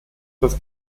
das